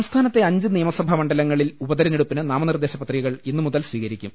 സംസ്ഥാനത്തെ അഞ്ച് നിയമസഭാ മണ്ഡലങ്ങളിൽ ഉപതെര ഞ്ഞെടുപ്പിന് നാമനിർദ്ദേശ പത്രികകൾ ഇന്ന് മുതൽ സ്വീകരിക്കും